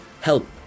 help